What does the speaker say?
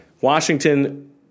Washington